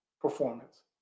performance